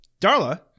Darla